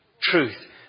truth